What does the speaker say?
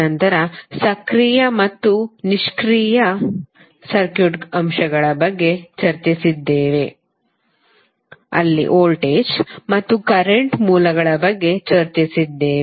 ನಂತರ ಸಕ್ರಿಯ ಮತ್ತು ನಿಷ್ಕ್ರಿಯ ಸರ್ಕ್ಯೂಟ್ ಅಂಶಗಳ ಬಗ್ಗೆ ಚರ್ಚಿಸಿದ್ದೇವೆ ಅಲ್ಲಿ ವೋಲ್ಟೇಜ್ ಮತ್ತು ಕರೆಂಟ್ ಮೂಲಗಳ ಬಗ್ಗೆ ಚರ್ಚಿಸಿದ್ದೇವೆ